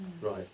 Right